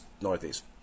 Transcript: northeast